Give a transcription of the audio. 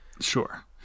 Sure